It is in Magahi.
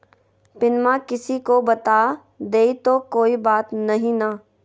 पिनमा किसी को बता देई तो कोइ बात नहि ना?